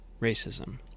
racism